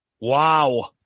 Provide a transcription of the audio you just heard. Wow